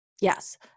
Yes